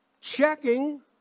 checking